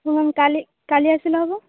ମୁଁ କାଲି କାଲି ଆସିଲେ ହେବ